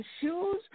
shoes